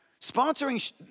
Sponsoring